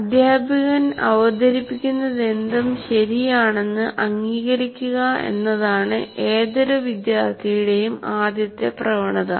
അധ്യാപകൻ അവതരിപ്പിക്കുന്നതെന്തും ശരിയാണെന്ന് അംഗീകരിക്കുക എന്നതാണ് ഏതൊരു വിദ്യാർത്ഥിയുടെയും ആദ്യത്തെ പ്രവണത